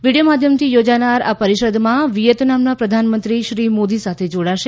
video માધ્યમથી યોજનાર આ પરિષદમાં વિયેતનામના પ્રધાનમંત્રી શ્રી મોદી સાથે જોડાશે